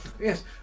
Yes